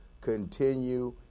continue